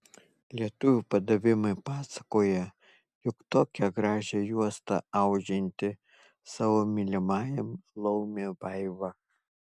lietuvių padavimai pasakoja jog tokią gražią juostą audžianti savo mylimajam laumė vaiva